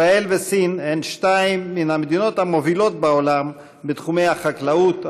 ישראל וסין הן שתיים מן המדינות המובילות בעולם בתחומי החקלאות,